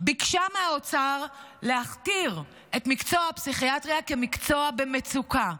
ביקשה מהאוצר להכתיר את מקצוע הפסיכיאטריה כמקצוע במצוקה.